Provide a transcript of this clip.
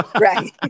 Right